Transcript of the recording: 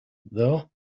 though